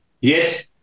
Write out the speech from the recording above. Yes